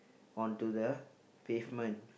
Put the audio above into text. onto the pavement